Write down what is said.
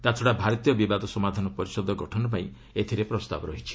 ତା'ଛଡ଼ା ଭାରତୀୟ ବିବାଦ ସମାଧାନ ପରିଷଦ ଗଠନ ପାଇଁ ଏଥ୍ରେ ପ୍ରସ୍ତାବ ରହିଛି